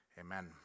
Amen